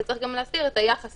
וצריך גם להסדיר את היחס